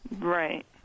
Right